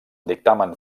dictàmens